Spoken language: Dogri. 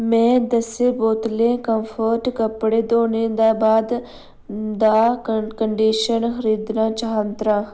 में दस्स बोतलें कॉम्फर्ट कपड़े धोने दे बाद दा कंडीशन खरीदना चांह्दा